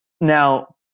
Now